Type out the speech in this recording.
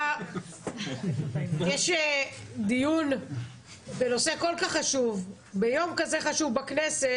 יש דיון בנושא כל כך חשוב ביום כזה חשוב בכנסת